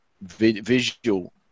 visual